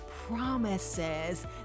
promises